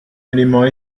élément